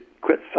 quit